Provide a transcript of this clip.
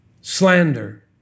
slander